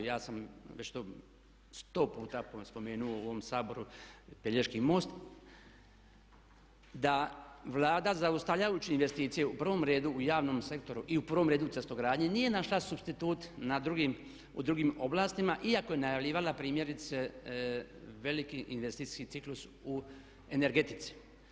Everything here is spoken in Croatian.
Ja sam već to sto puta spomenuo u ovom Saboru Pelješki most, da Vlada zaustavljajući investicije u prvom redu u javnom sektoru i u prvom redu cestogradnje nije našla supstitut u drugim oblastima iako je najavljivala primjerice veliki investicijski ciklus u energetici.